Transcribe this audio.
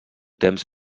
temps